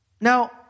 Now